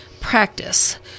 Practice